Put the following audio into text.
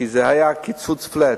כי היה קיצוץ flat.